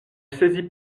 saisis